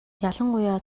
ялангуяа